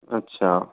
अच्छा